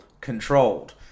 controlled